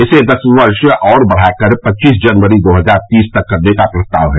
इसे दस वर्ष और बढ़ाकर पच्चीस जनवरी दो हजार तीस तक करने का प्रस्ताव है